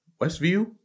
Westview